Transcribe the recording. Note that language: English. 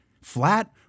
Flat